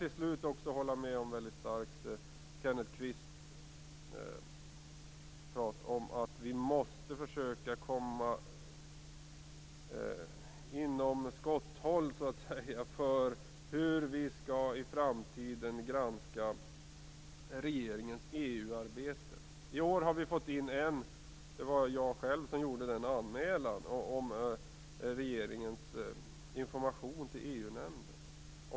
Till slut kan jag mycket starkt hålla med om Kenneth Kvists tal om att vi måste försöka komma inom så att säga skotthåll för hur vi i framtiden skall granska regeringens EU-arbete. I år har konstitutionsutskottet fått in en anmälan från mig om regeringens information till EU-nämnden.